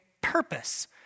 purpose